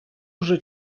вже